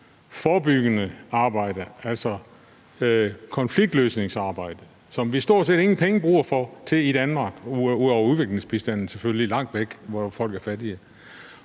forebyggende arbejde, altså konfliktløsningsarbejde, som vi stort set ingen penge bruger på i Danmark, ud over udviklingsbistanden selvfølgelig – langt væk, hvor folk er fattige.